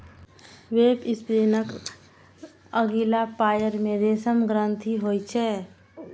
वेबस्पिनरक अगिला पयर मे रेशम ग्रंथि होइ छै